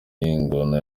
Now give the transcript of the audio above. ingona